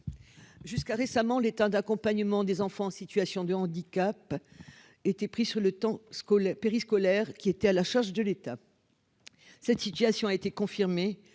Jusqu'à récemment, l'état d'accompagnement des enfants en situation de handicap était pris sur le temps scolaire, périscolaire qui était à la charge de l'État, cette situation a été confirmée